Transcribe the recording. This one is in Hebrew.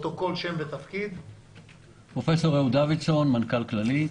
אני פרופ' אהוד דודסון, מנכ"ל כללית.